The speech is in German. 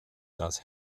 das